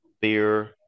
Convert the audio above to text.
beer